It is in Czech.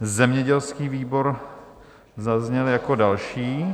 Zemědělský výbor zazněl jako další.